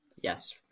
Yes